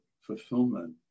fulfillment